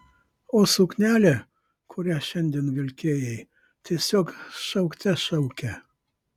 o suknelė kurią šiandien vilkėjai tiesiog šaukte šaukė